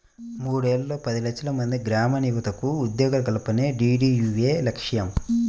మూడేళ్లలో పది లక్షలమంది గ్రామీణయువతకు ఉద్యోగాల కల్పనే డీడీయూఏవై లక్ష్యం